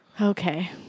Okay